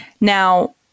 Now